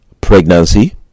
pregnancy